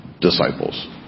disciples